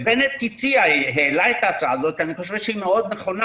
בנט העלה את ההצעה הזאת ואני חושב שהיא נכונה מאוד: